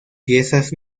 piezas